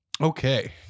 Okay